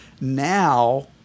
now